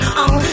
on